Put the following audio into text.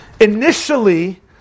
Initially